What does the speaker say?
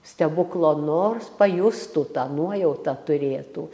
stebuklo nors pajustų tą nuojautą turėtų